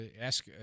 ask